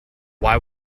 why